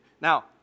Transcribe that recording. Now